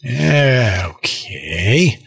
Okay